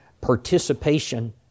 participation